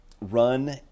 run